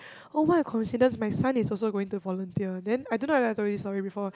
oh what a coincidence my son is also going to volunteer then I don't know whether I told you this story before